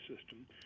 system